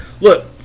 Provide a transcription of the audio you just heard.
Look